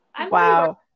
Wow